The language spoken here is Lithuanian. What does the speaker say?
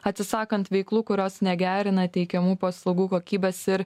atsisakant veiklų kurios negerina teikiamų paslaugų kokybės ir